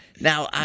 Now